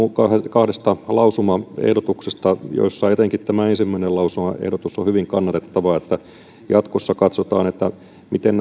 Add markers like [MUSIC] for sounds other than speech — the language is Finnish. kahdesta lausumaehdotuksesta joista on hyvin kannatettava etenkin ensimmäinen lausumaehdotus että jatkossa katsotaan miten [UNINTELLIGIBLE]